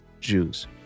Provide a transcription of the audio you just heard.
Jews